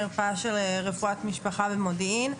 מרפאה של רפואת משפחה במודיעין.